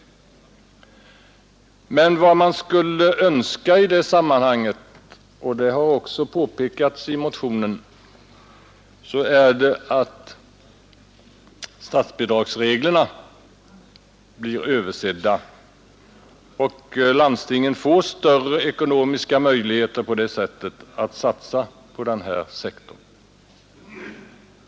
Vad man emellertid skulle önska i det sammanhanget — det har också påpekats i vår motion — är att statsbidragsreglerna blir översedda och landstingen på det sättet får större ekonomiska möjligheter att satsa på den här sektorn.